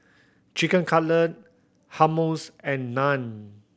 Chicken Cutlet Hummus and Naan